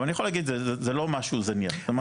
אבל אני יכול להגיד זה לא משהו זניח זה משהו מאוד משמעותי.